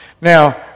now